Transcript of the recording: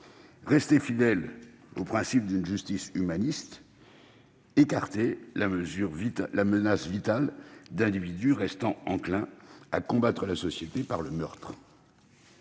rester fidèles aux principes d'une justice humaniste, écarter la menace vitale d'individus restant enclins à combattre la société par le meurtre.